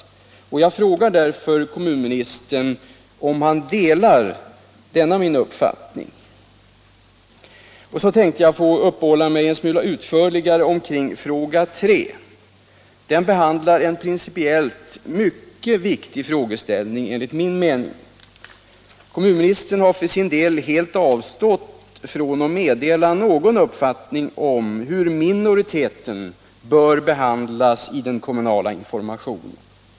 Jag frågar därför kommunministern om han delar denna min uppfattning. Så tänkte jag få uppehålla mig en smula utförligare omkring fråga 3. Den behandlar en principiellt mycket viktig frågeställning enligt min mening. Kommunministern har för sin del helt avstått från att meddela någon uppfattning om hur minoriteten bör behandlas i den kommunala informationen.